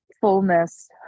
fullness